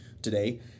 today